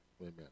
Amen